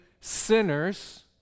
sinners